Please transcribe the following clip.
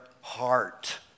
heart